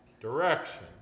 direction